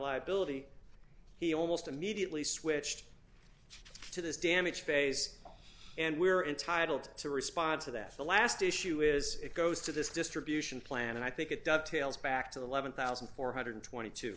liability he almost immediately switched to this damage phase and we're entitled to respond to that the last issue is it goes to this distribution plan and i think it dovetails back to the eleven thousand four hundred and twenty two